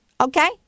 Okay